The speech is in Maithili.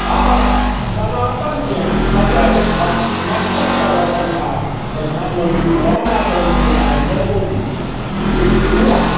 आओर सनातनके सदैव मस्तकपर रखनिहार प्रधानमन्त्री परम आदरणीय नरेन्द्र मोदी जी जे पूरा